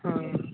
हँ